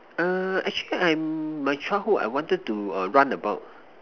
err actually I'm my childhood I wanted to err run about